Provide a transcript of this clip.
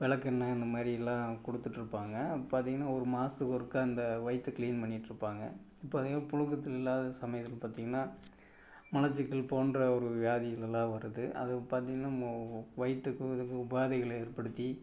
விளக்கெண்ணெ அந்த மாதிரி எல்லாம் கொடுத்துட்ருப்பாங்க அப்போ பார்த்தீங்கன்னா ஒரு மாதத்துக்கு ஒருக்கா இந்த வயிற்றை க்ளீன் பண்ணிகிட்ருப்பாங்க இப்போ அது மாரி புழக்கத்துல இல்லாத சமயத்தில் பார்த்தீங்கன்னா மலச்சிக்கல் போன்ற ஒரு வியாதிகளெல்லாம் வருது அது பார்த்தீங்கன்னா மு ஓ வயிற்றுக்கும் இதுக்கும் உபாதைகளை ஏற்படுத்தி